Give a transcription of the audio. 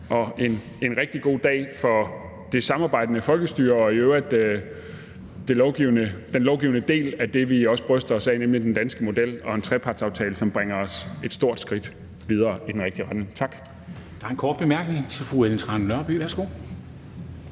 er en rigtig god dag for det samarbejdende folkestyre og i øvrigt den lovgivende del af det, vi også bryster os af, nemlig den danske model, med en trepartsaftale, som bringer os et stort skridt videre i den rigtige retning. Tak.